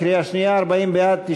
בקריאה שנייה: 40 בעד,